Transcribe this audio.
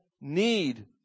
need